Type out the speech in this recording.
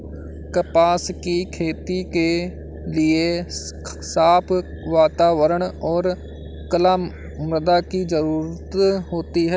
कपास की खेती के लिए साफ़ वातावरण और कला मृदा की जरुरत होती है